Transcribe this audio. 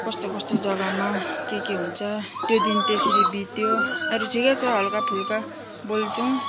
कस्तो कस्तो जग्गामा के के हुन्छ त्यो दिन त्यसरी बित्यो अहिले ठिकै छ हल्का फुल्का बोल्छौँ